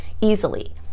easily